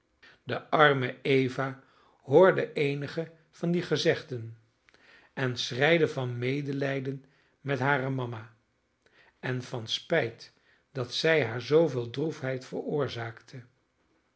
de arme eva hoorde eenige van die gezegden en schreide van medelijden met hare mama en van spijt dat zij haar zooveel droefheid veroorzaakte